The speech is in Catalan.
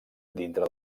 dintre